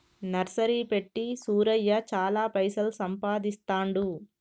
nursery పెట్టి సూరయ్య చాల పైసలు సంపాదిస్తాండు